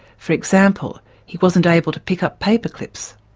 for example he wasn't able to pick up paper clips.